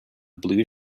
blue